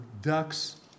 ducks